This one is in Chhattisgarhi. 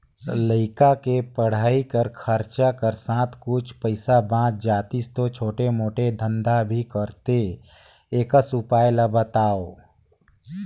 लइका के पढ़ाई कर खरचा कर साथ कुछ पईसा बाच जातिस तो छोटे मोटे धंधा भी करते एकस उपाय ला बताव?